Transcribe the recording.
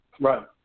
Right